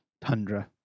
tundra